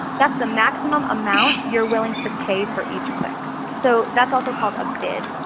that's the maximum amount you're willing to pay for each click. so that's also called a bid,